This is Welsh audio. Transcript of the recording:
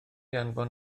anfon